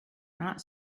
not